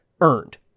earned